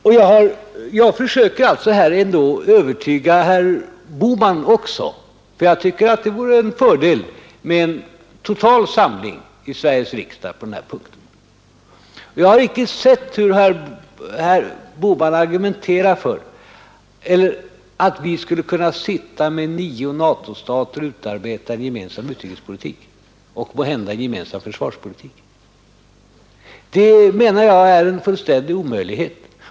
I stället försöker jag nu övertyga herr Bohman också, för jag tycker att det vore en fördel med en total samling i Sveriges riksdag på den här punkten. Herr Bohman argumenterar för att vi skulle kunna sitta med nio NATO-stater och utarbeta en gemensam utrikespolitik och måhända en gemensam försvarspolitik. Det menar jag är en fullständig omöjlighet.